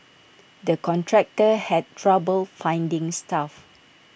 the contractor had trouble finding staff